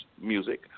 music